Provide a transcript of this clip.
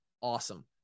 Awesome